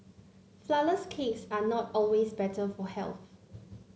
flourless cakes are not always better for health